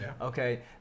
Okay